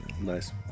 nice